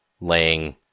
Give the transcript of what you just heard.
laying